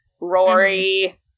Rory